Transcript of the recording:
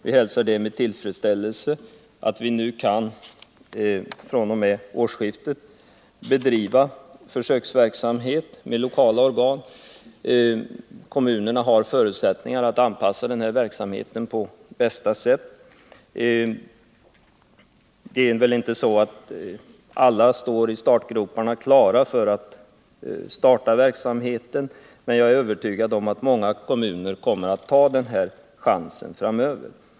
Vi hälsar med tillfredsställelse att vi nu fr.o.m. årsskiftet kan bedriva försöksverksamhet med lokala organ. Kommunerna har förutsättningar att anpassa den här verksamheten på bästa sätt. Alla kommuner ligger väl inte i startgroparna klara för att påbörja verksamheten, men jag är övertygad om att många kommuner kommer att ta denna chans framöver.